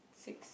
six